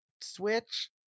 switch